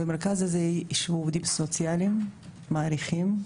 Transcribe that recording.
במרכז הזה יישבו עובדים סוציאליים מעריכים.